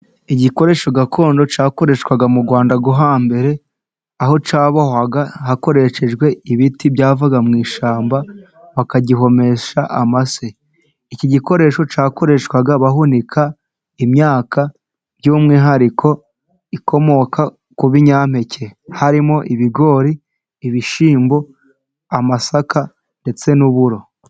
Igikoresho gakondo cyakoreshwaga mu rwanda rwo hambere, aho cyabohwaga hakoreshejwe ibiti byavaga mu ishyamba, bakagihomesha amase. Iki gikoresho cyakoreshwaga bahunika imyaka, by'umwihariko, ikomoka ku binyampeke. Harimo ibigori ibishyimbo amasaka ndetse n'uburo.